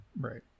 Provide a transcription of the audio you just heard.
right